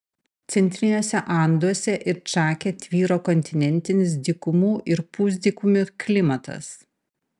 centriniuose anduose ir čake tvyro kontinentinis dykumų ir pusdykumių klimatas